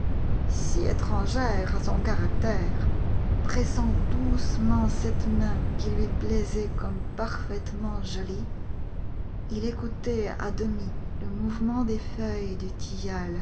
si étrangère à son caractère pressant doucement cette main qui lui plaisait comme parfaitement jolie il écoutait à demi le mouvement des feuilles du